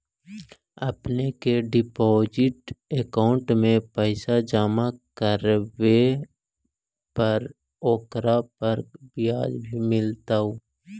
अपने के deposit account में पैसे जमा करवावे पर ओकरा पर ब्याज भी मिलतई